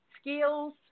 skills